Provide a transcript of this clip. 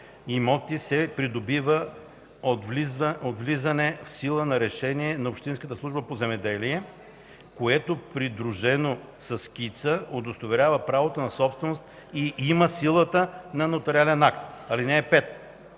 имоти се придобива от влизане в сила на решението на общинската служба по земеделие, което придружено със скица, удостоверява правото на собственост и има силата на нотариален акт. (5) В плана